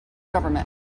government